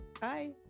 Bye